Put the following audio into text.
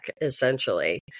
essentially